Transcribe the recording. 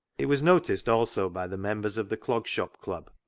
it was noticed also by the members of the clog shop club,